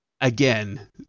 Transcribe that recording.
Again